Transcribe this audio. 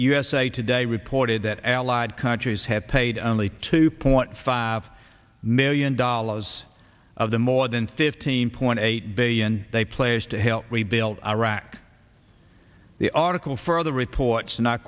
usa today reported that allied countries have paid only two point five million dollars of the more than fifteen point eight billion they players to help rebuild iraq the article further reports not